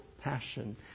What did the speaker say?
passion